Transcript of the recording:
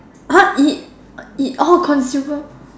!huh! it it all consumab~